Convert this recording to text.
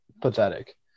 pathetic